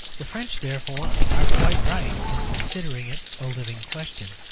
the french, therefore, are quite right in considering it a living question.